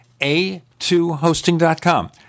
A2hosting.com